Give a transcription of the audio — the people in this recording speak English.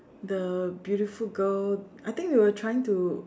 the beautiful girl I think we were trying to